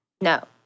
No